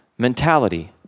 Mentality